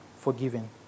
forgiven